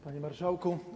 Panie Marszałku!